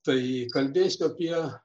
tai kalbėsiu apie